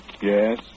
Yes